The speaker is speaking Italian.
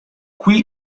qui